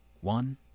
one